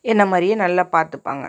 என்னை மாதிரியே நல்லா பார்த்துப்பாங்க